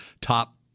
top